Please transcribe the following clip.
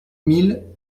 mille